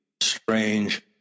Strange